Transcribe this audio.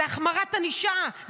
זה החמרת ענישה,